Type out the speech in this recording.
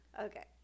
Okay